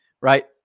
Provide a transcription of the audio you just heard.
right